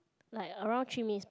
like around three minutes